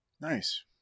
Nice